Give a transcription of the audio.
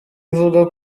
ivuga